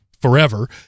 forever